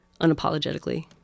unapologetically